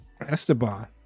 Esteban